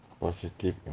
positive